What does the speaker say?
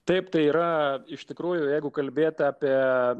taip tai yra iš tikrųjų jeigu kalbėti apie